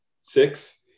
Six